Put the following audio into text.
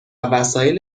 وسایل